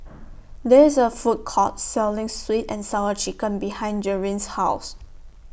There IS A Food Court Selling Sweet and Sour Chicken behind Jerilyn's House